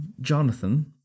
Jonathan